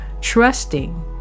trusting